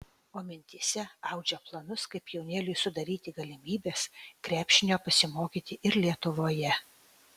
o mintyse audžia planus kaip jaunėliui sudaryti galimybes krepšinio pasimokyti ir lietuvoje